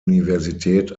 universität